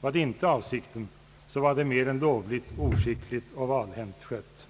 Var det inte avsikten, så var det mer än lovligt oskickligt och valhänt skött.